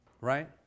Right